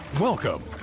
Welcome